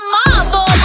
marvel